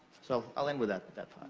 so, i'll end with that.